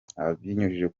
abinyujije